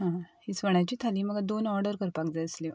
हां इस्वणाची थाळी म्हाका दोन ऑर्डर करपाक जाय आसल्यो आं